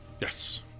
Yes